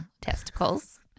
testicles